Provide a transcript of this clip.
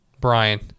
Brian